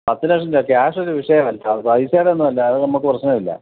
പത്ത് ലക്ഷം രൂപ ക്യാഷ് ഒരു വിഷയമല്ല അത് പൈസയുടേതൊന്നുമല്ല അത് നമുക്ക് പ്രശ്നമല്ല